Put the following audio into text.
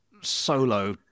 solo